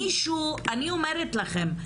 אני אומרת לכם.